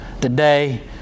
Today